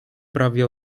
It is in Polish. prawie